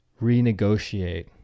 renegotiate